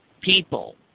people